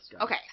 Okay